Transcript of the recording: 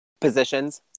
Positions